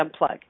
unplug